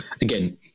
Again